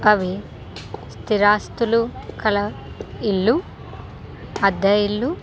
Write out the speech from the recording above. అవి స్థిరాస్తులు కల ఇల్లు అద్దె ఇల్లు